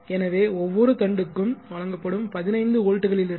எனவே ஒவ்வொரு தண்டுக்கும் வழங்கப்படும் 15 வோல்ட்டுகளிலிருந்து